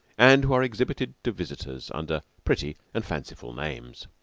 and who are exhibited to visitors under pretty and fanciful names.